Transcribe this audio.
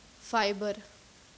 fibre